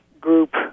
group